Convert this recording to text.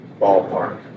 ballpark